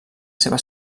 seva